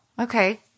Okay